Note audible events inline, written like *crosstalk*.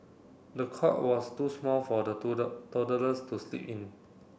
the cot was too small for the *unintelligible* toddlers to sleep in